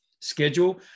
schedule